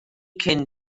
cyn